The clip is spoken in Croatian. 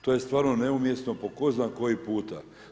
To je stvarno neumjesno po zna koji puta.